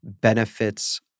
benefits